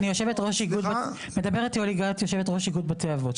אני יושבת איגוד בתי אבות.